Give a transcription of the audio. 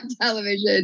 television